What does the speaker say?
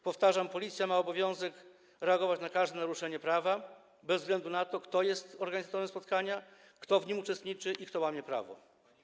Powtarzam, policja ma obowiązek reagować na każde naruszenie prawa bez względu na to, kto jest organizatorem spotkania, kto w nim uczestniczy i kto łamie prawo.